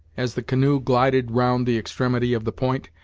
as the canoe glided round the extremity of the point,